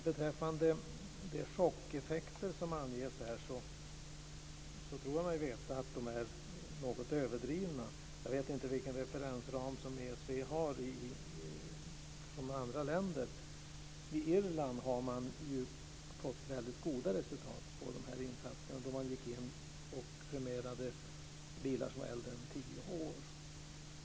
Beträffande de chockeffekter som anges i svaret tror jag mig veta att de är något överdrivna. Jag vet inte vilken referensram ESV har i fråga om andra länder. På Irland har man fått väldigt goda resultat av sådana här insatser. Man gick in och premierade bilar som var äldre än tio år.